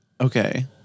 Okay